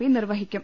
P നിർവഹിക്കും